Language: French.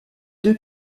deux